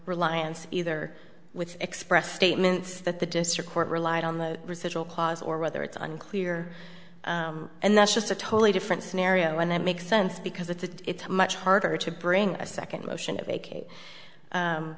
reliance either with express statements that the district court relied on the residual clause or whether it's unclear and that's just a totally different scenario and that makes sense because it's much harder to bring a second